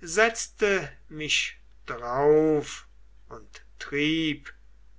setzte mich drauf und trieb